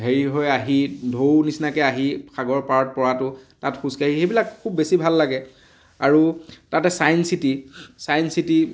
হেৰি হৈ আহি ঢৌ নিচিনাকৈ আহি সাগৰৰ পাৰত পৰাতো তাত খোজকাঢ়ি এইবিলাক খুব বেছি ভাল লাগে আৰু তাতে চাইন চিটি চাইন চিটি